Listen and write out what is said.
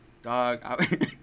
Dog